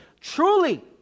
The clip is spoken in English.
Truly